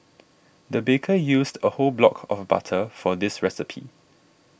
the baker used a whole block of butter for this recipe